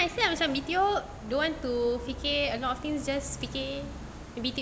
then I say macam B_T_O don't want to fikir a lot of things just fikir